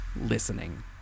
listening